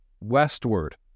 westward